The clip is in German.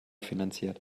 finanziert